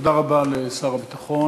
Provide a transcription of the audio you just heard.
תודה רבה לשר הביטחון.